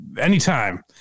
Anytime